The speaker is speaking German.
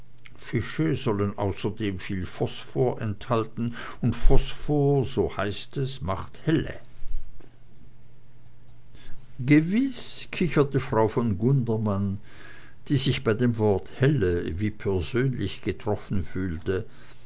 fische sollen außerdem viel phosphor enthalten und phosphor so heißt es macht helle gewiß kicherte frau von gundermann die sich bei dem wort helle wie persönlich getroffen fühlte